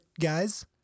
guys